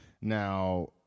now